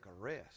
arrest